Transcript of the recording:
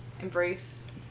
embrace